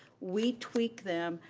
we tweak them,